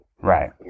Right